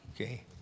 okay